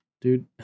Dude